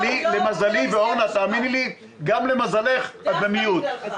למזלי, ואורנה, תאמיני לי, גם למזלך, את במיעוט.